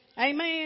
Amen